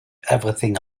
everything